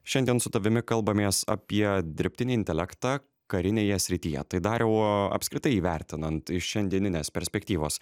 šiandien su tavimi kalbamės apie dirbtinį intelektą karinėje srityje tai dariau apskritai įvertinant iš šiandieninės perspektyvos